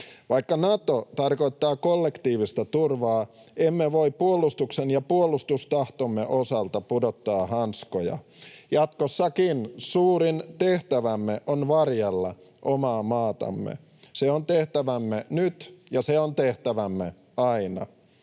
Vaikka Nato tarkoittaa kollektiivista turvaa, emme voi puolustuksen ja puolustustahtomme osalta pudottaa hanskoja. Jatkossakin suurin tehtävämme on varjella omaa maatamme. Se on tehtävämme nyt, ja se on tehtävämme aina.